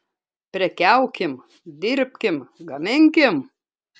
prekiaukim dirbkim gaminkim